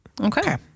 Okay